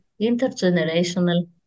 intergenerational